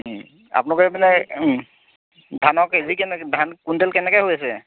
আপোনালোকৰ এইপিনে ধানৰ কে জি কেনেকৈ ধান কুইণ্টেল কেনেকৈ হৈ আছে